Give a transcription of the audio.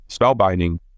spellbinding